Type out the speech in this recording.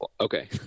Okay